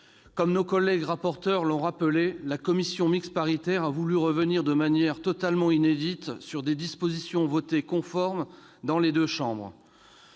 Comme nos collègues rapporteurs l'ont rappelé, la commission mixte paritaire a voulu revenir, de manière totalement inédite, sur des dispositions votées conformes dans les deux chambres